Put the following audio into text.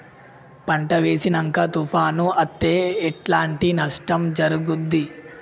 పంట వేసినంక తుఫాను అత్తే ఎట్లాంటి నష్టం జరుగుద్ది?